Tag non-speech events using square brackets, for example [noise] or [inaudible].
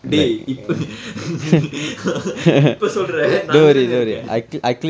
dey [laughs] இப்ப சொல்ற நான் அங்கதான இருக்கேன்:ippa solra naan ankathaana irukkaen